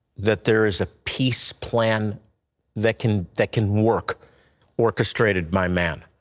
that there is a peace plan that can that can work orchestrated by man.